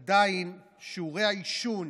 עדיין שיעורי העישון